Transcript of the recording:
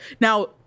now